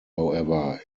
however